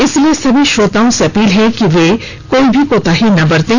इसलिए सभी श्रोताओं से अपील है कि कोई भी कोताही ना बरतें